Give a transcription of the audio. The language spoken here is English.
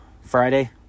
Friday